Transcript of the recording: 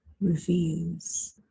reveals